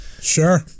Sure